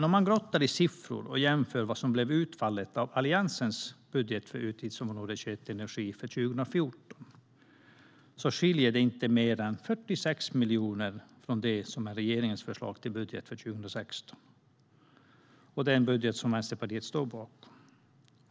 Om man grottar in sig i siffror och jämför vad som blev utfallet av Alliansens budget för utgiftsområde 21 Energi för 2014 så skiljer det inte mer än 46 miljoner från det som är regeringens förslag till budget för 2016, alltså den budget som Vänsterpartiet står bakom.